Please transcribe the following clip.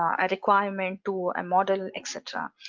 um a requirement to a model etc.